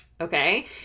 Okay